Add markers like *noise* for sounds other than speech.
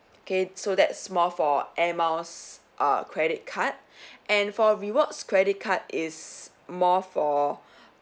okay so that's more for air miles err credit card *breath* and for rewards credit card is more for